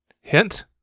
Hint